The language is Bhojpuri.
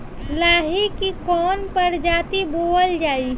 लाही की कवन प्रजाति बोअल जाई?